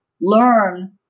learn